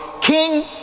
King